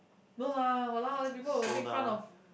no lah !walao! then people will make fun of